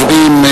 עיוורים,